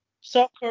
Soccer